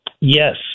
yes